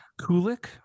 Kulik